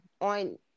on